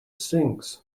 stinks